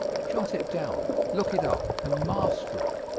jot it down, look it up, and master it.